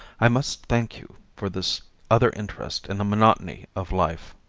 i must thank you for this other interest in the monotony of life.